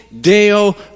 Deo